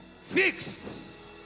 fixed